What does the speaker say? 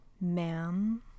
ma'am